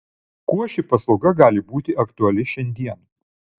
kuo ši paslauga gali būti aktuali šiandien